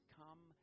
come